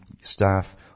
staff